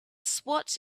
swat